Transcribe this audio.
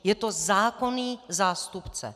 Je to zákonný zástupce.